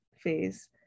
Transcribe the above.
phase